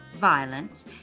violence